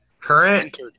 current